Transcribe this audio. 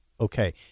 Okay